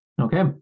Okay